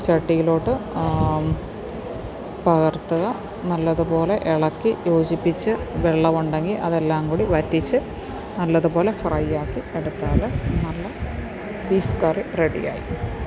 ചട്ടിയിലോട്ട് പകർത്തുക നല്ലതുപോലേ ഇളക്കി യോജിപ്പിച്ച് വെള്ളമുണ്ടെങ്കില് അതെല്ലാംകൂടി വറ്റിച്ച് നല്ലതുപോലെ ഫ്രൈ ആക്കി എടുത്താല് നല്ല ബീഫ് കറി റെഡിയായി